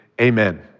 amen